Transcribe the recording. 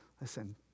Listen